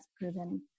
proven